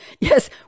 Yes